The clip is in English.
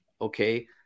Okay